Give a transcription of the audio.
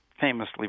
famously